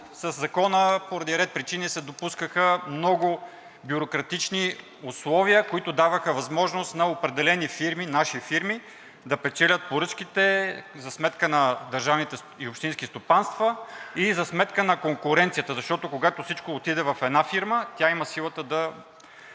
Закона поради ред причини се допускаха много бюрократични условия, които даваха възможност на определени фирми – наши фирми, да печелят поръчките за сметка на държавните и общинските стопанства и за сметка на конкуренцията, защото, когато всичко отиде в една фирма, тя има силата да